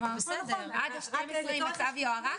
כלומר עד 12 בדצמבר אם הצו יוארך,